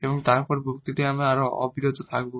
এবং পরবর্তী বক্তৃতায় আমরা অবিরত থাকব